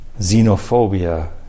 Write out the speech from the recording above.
xenophobia